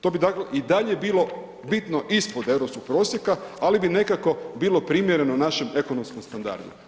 To bi i dalje bilo bitno ispod europskog prosjeka, ali bi nekako bilo primjereno našem ekonomskom standardu.